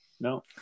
no